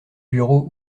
bureau